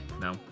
No